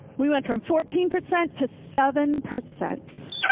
we went from fourteen percent to seven percent.